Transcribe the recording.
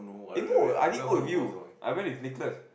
eh no I didn't go with you I went with Nicholas